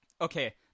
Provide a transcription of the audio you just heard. Okay